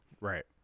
right